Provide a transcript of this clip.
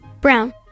Brown